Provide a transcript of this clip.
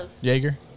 Jaeger